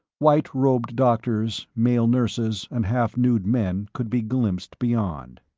white-robed doctors, male nurses and half nude men could be glimpsed beyond.